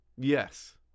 yes